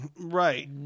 right